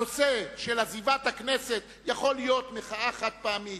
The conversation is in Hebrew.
הנושא של עזיבת הכנסת יכול להיות מחאה חד-פעמית.